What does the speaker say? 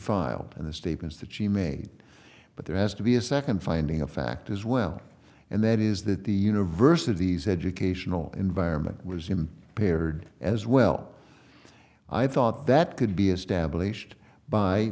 the statements that she made but there has to be a second finding of fact as well and that is that the university's educational environment was impaired as well i thought that could be established by